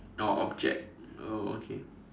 oh object oh okay